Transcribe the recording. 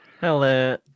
Hello